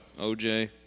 OJ